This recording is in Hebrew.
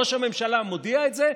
ראש הממשלה מודיע את זה,